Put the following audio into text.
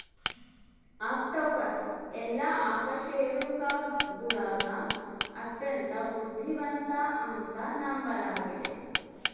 octopus ಎಲ್ಲಾ ಅಕಶೇರುಕಗುಳಗ ಅತ್ಯಂತ ಬುದ್ಧಿವಂತ ಅಂತ ನಂಬಲಾಗಿತೆ